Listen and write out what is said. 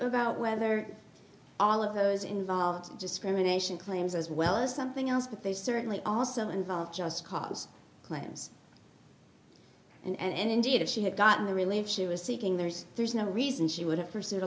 about whether all of those involved discrimination claims as well as something else but they certainly also involve just cause claims and indeed if she had gotten the relief she was seeking there's there's no reason she would have pursued a